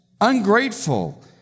ungrateful